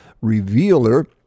Revealer